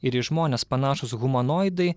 ir į žmones panašūs humanoidai